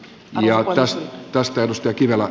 anja jos kastelusta kiljala